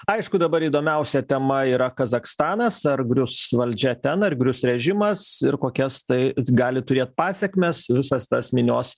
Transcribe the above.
aišku dabar įdomiausia tema yra kazachstanas ar grius valdžia ten ar grius režimas ir kokias tai gali turėt pasekmes visas tas minios